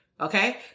Okay